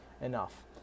enough